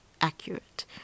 accurate